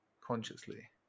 consciously